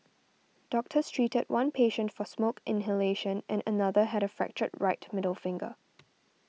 doctors treated one patient for smoke inhalation and another had a fractured right middle finger